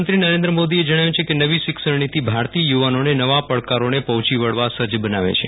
પ્રધાનમંત્રી નરેન્દ્ર મોદીએ જણાવ્યું છે કે નવી શિક્ષણ નીતિ ભારતીય યુવાનોને નવા પડકારોને પહોંચી વળવા સજ્જ બનાવે છે